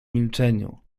milczeniu